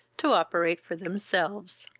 to operate for themselves.